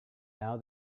now